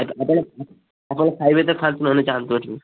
ଆପଣ ଆପଣ ଖାଇବେ ତ ଖାଆନ୍ତୁ ନହେଲେ ଯାଆନ୍ତୁ ଏଇଠୁ